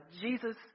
jesus